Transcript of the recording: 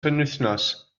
penwythnos